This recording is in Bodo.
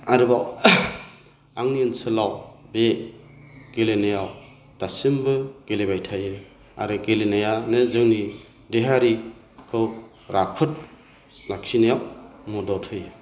आरोबाव आंनि ओनसोलाव बे गेलेनायाव दासिमबो गेलेबाय थायो आरो गेलेनायानो जोंनि देहायारिखौ राफोद लाखिनायाव मदद होयो